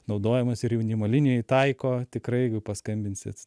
naudojamas ir jaunimo linijoj taiko tikrai jeigu paskambinsit